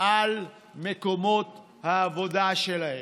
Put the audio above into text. על מקומות העבודה שלהם.